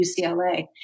UCLA